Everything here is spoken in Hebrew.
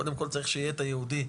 קודם כל צריך שיהיה את היהודי,